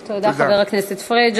תודה, חבר הכנסת פריג'.